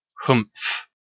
Humph